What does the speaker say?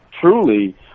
truly